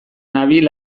nabil